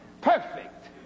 perfect